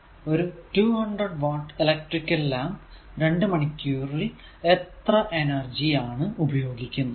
ഒരു 200 watt electric lamp 2 മണിക്കൂറിൽ എത്ര എനർജി ആണ് ഉപയോഗിക്കുന്നത്